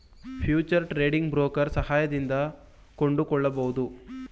future trading broker ಸಹಾಯದಿಂದ ಕೊಂಡುಕೊಳ್ಳಬಹುದು